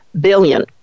billion